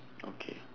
okay